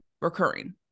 recurring